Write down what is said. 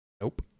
Nope